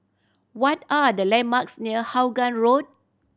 what are the landmarks near Vaughan Road